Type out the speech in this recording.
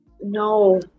No